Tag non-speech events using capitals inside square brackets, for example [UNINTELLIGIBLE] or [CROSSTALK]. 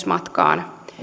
[UNINTELLIGIBLE] matkaan myös